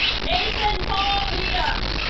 nathan paul needham